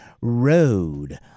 Road